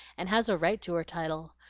and has a right to her title.